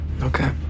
Okay